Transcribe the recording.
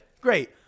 great